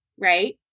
right